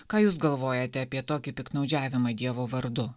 ką jūs galvojate apie tokį piktnaudžiavimą dievo vardu